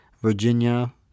Virginia